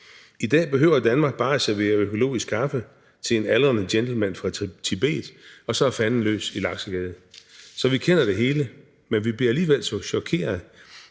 I dag behøver Danmark bare at servere økologisk kaffe til en aldrende gentleman fra Tibet – så er fanden løs i Laksegade. Så vi kender det hele, men vi bliver alligevel så chokeret,